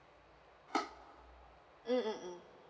mm mm mm